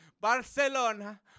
Barcelona